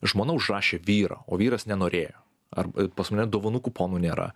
žmona užrašė vyrą o vyras nenorėjo ar pas mane dovanų kuponų nėra